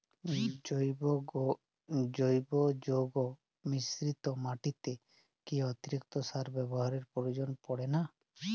জৈব যৌগ মিশ্রিত মাটিতে কি অতিরিক্ত সার ব্যবহারের প্রয়োজন পড়ে না?